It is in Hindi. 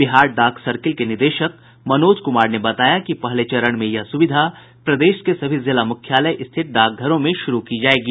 बिहार डाक सर्किल के निदेशक मनोज कुमार ने बताया कि पहले चरण में यह सुविधा प्रदेश के सभी जिला मुख्यालय स्थित डाकघरों में शुरू की जायेगी